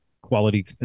quality